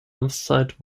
amtszeit